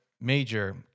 major